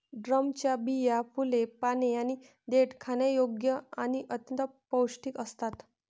ड्रमच्या बिया, फुले, पाने आणि देठ खाण्यायोग्य आणि अत्यंत पौष्टिक असतात